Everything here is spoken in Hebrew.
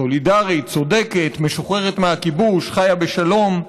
סולידרית, צודקת, משוחררת מהכיבוש, חיה בשלום.